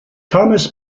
thomas